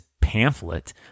pamphlet